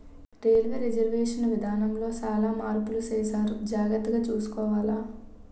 railway reservation విధానములో సాలా మార్పులు సేసారు జాగర్తగ సూసుకోవాల